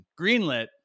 greenlit